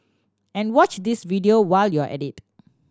and watch this video while you're at it